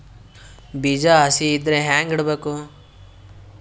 ಬೀಜ ಹಸಿ ಇದ್ರ ಹ್ಯಾಂಗ್ ಇಡಬೇಕು?